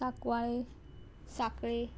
Sancoale Sanquelim